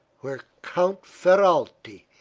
where count ferralti,